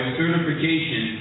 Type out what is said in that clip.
certification